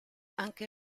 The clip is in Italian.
anche